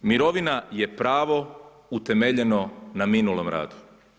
Mirovina je pravo utemeljeno na minulom radu.